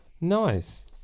Nice